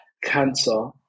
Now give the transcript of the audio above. cancer